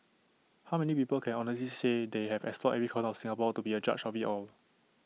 how many people can honestly say they have explored every corner of Singapore to be A judge of IT all